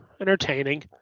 Entertaining